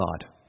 God